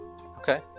Okay